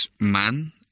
man